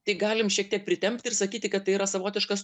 tai galim šiek tiek pritempt ir sakyti kad tai yra savotiškas